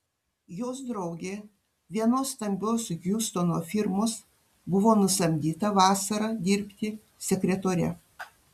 jos draugė vienos stambios hjustono firmos buvo nusamdyta vasarą dirbti sekretore